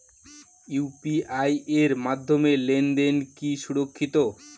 UPI এর মাধ্যমে লেনদেন কি সুরক্ষিত?